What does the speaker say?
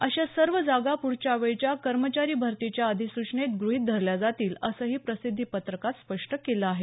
अशा सर्व जागा पुढच्या वेळच्या कर्मचारी भरतीच्या अधिसूचनेत ग्रहीत धरल्या जातील असंही प्रसिद्धीपत्रकात स्पष्ट केलं आहे